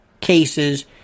cases